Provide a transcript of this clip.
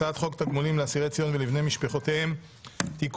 הצעת חוק תגמולים לאסירי ציון ולבני משפחותיהם (תיקון,